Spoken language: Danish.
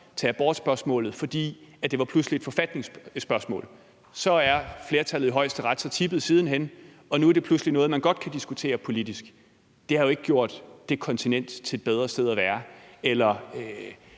til abortspørgsmålet, fordi det pludselig var et forfatningsspørgsmål. Så er flertallet i højesteret tippet siden hen, og nu er det pludselig noget, man godt kan diskutere politisk. Det har jo ikke gjort det kontinent til et bedre sted at være eller